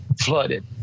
flooded